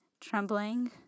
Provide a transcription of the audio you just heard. trembling